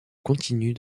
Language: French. continue